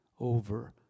over